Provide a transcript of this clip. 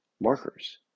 markers